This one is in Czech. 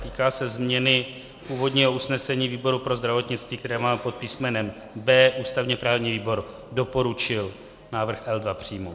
Týká se změny původního usnesení výboru pro zdravotnictví, které máme pod písmenem B. Ústavněprávní výbor doporučil návrh L2 přijmout.